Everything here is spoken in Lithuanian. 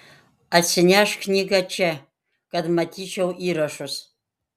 atsinešk knygą čia kad matyčiau įrašus